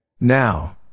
Now